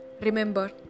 Remember